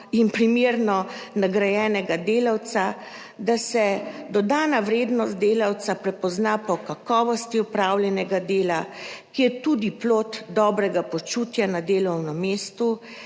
in primerno nagrajenega delavca, da se dodana vrednost delavca prepozna po kakovosti opravljenega dela, ki je tudi plod dobrega počutja na delovnem mestu,